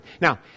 Now